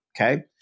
Okay